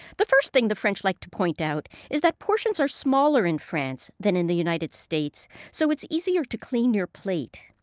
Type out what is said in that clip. the first thing the french like to point out is that portions are smaller in france than in the united states, so it's easier to clean your plate.